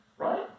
Right